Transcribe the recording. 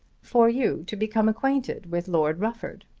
for you to become acquainted with lord rufford.